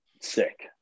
sick